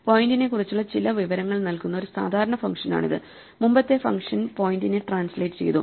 പോയിന്റിനെക്കുറിച്ചുള്ള ചില വിവരങ്ങൾ നൽകുന്ന ഒരു സാധാരണ ഫംഗ്ഷനാണിത് മുമ്പത്തെ ഫങ്ഷൻ പോയിന്റിനെ ട്രാൻസ്ലേറ്റ് ചെയ്തു